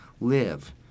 live